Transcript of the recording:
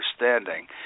understanding